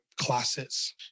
Classes